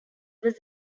was